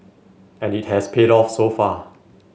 and it has paid off so far